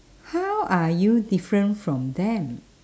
how are you different from them